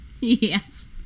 Yes